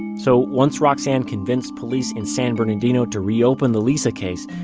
and so once roxane convinced police in san bernardino to reopen the lisa case,